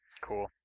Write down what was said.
Cool